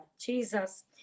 jesus